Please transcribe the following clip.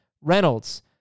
Reynolds